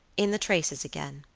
in the traces again.